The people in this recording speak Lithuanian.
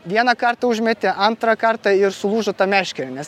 vieną kartą užmetė antrą kartą ir sulūžo ta meškerė nes